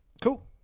Cool